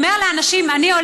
הוא אומר לאנשים: אני הולך,